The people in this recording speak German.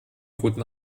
guten